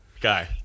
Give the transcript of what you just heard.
guy